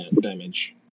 damage